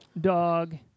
Dog